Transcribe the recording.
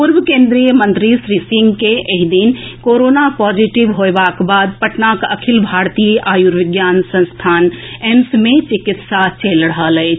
पूर्व केंद्रीय मंत्री श्री सिंह के एहि दिन कोरोना पॉजिटिव होएबाक बाद पटनाक अखिल भारतीय आयूर्विज्ञान संस्थान एम्स मे चिकित्सा चलि रहल अछि